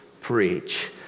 preach